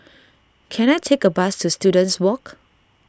can I take a bus to Students Walk